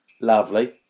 Lovely